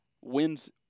wins